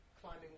climbing